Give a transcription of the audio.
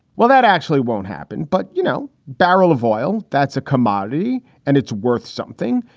well, that actually won't happen. but, you know, barrel of oil, that's a commodity and it's worth something.